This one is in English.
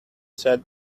said